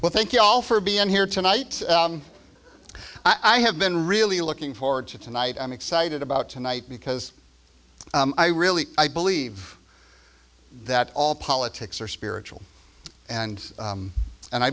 well thank you all for being here tonight i have been really looking forward to tonight i'm excited about tonight because i really i believe that all politics are spiritual and and i